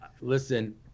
Listen –